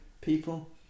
people